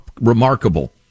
remarkable